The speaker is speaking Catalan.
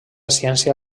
ciència